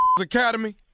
Academy